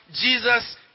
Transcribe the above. Jesus